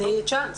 בהיבט הזה,